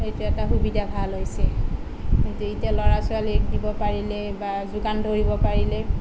এইটো এটা সুবিধা ভাল হৈছে কিন্তু এতিয়া ল'ৰা ছোৱালীক দিব পাৰিলে বা যোগান ধৰিব পাৰিলে